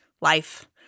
life